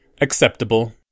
Acceptable